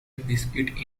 biscuits